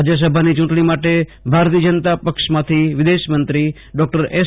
રાજ્યસભાની ચૂંટણી માટે ભાજપમાંથી વિદેશમંત્રી ડૉક્ટર એસ